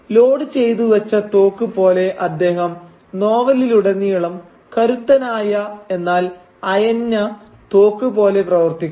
load ചെയ്തു വച്ച തോക്ക് പോലെ അദ്ദേഹം നോവലിലുടനീളം കരുത്തനായ എന്നാൽ അയഞ്ഞ തോക്ക് പോലെ പ്രവർത്തിക്കുന്നു